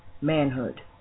manhood